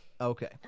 Okay